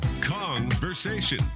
Conversation